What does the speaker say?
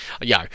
Yo